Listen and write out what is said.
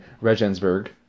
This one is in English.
Regensburg